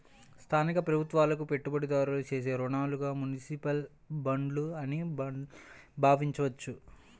స్థానిక ప్రభుత్వాలకు పెట్టుబడిదారులు చేసే రుణాలుగా మునిసిపల్ బాండ్లు అని భావించవచ్చు